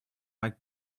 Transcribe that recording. mike